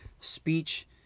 Speech